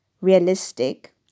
realistic